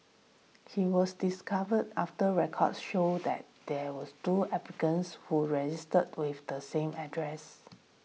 he was discovered after records showed that there was two applicants who registered with the same address